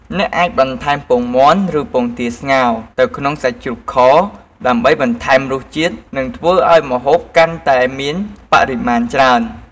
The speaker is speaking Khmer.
អ្នកអាចបន្ថែមពងមាន់ ឬពងទាស្ងោរទៅក្នុងសាច់ជ្រូកខ ដើម្បីបន្ថែមរសជាតិ និងធ្វើឱ្យម្ហូបកាន់តែមានបរិមាណច្រើន។